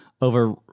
over